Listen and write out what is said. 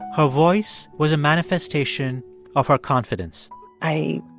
her voice was a manifestation of her confidence i